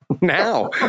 now